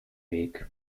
weg